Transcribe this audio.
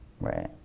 Right